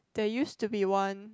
there used to be one